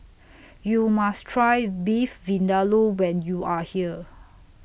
YOU must Try Beef Vindaloo when YOU Are here